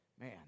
man